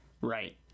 Right